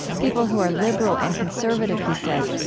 people who are liberal and conservative, he says,